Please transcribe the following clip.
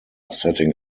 setting